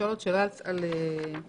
להבהיר את זה, כמובן שנבהיר את זה.